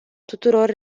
tuturor